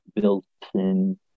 built-in